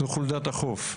חולדת החוף.